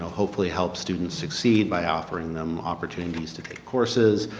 hopefully help students succeed by offering them opportunities to take courses.